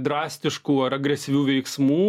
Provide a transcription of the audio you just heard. drastiškų ar agresyvių veiksmų